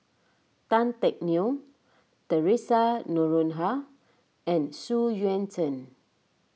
Tan Teck Neo theresa Noronha and Xu Yuan Zhen